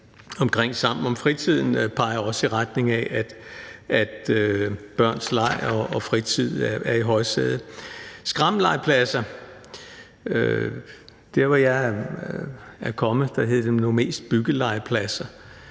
andre – »Sammen om Fritiden« – peger i retning af, at børns leg og fritid er i højsædet. Skrammellegepladser siger man. Der, hvor jeg er kommet, hed det nu mest byggelegepladser.